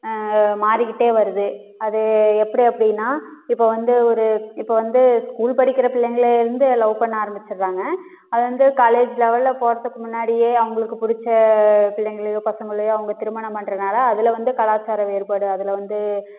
மாறிக்கிட்டே வருது அது எப்படி எப்படின்னா இப்போ வந்து ஒரு இப்போ வந்து ஸ்கூல் படிக்கிற பிள்ளைங்கள்லேருந்து லவ் பண்ண ஆரம்பிச்சிடுறாங்க அது வந்து காலேஜ் லெவலில் போகிறதுக்கு முன்னாடியே அவங்களுக்கு பிடிச்ச பிள்ளைங்களையோ பசங்களையோ அவங்க திருமணம் பண்ணுறனால அதில் வந்து கலாச்சார வேறுபாடு அதில் வந்து